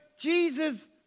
Jesus